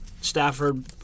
Stafford